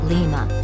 Lima